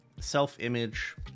self-image